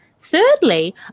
Thirdly